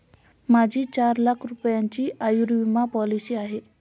माझी चार लाख रुपयांची आयुर्विमा पॉलिसी आहे